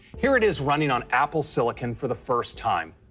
here it is running on apple silicon for the first time.